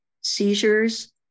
seizures